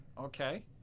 okay